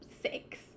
six